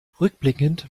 rückblickend